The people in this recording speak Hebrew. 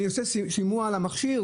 אני עושה שימוע על המכשיר?